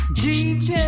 dj